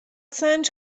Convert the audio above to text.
سنج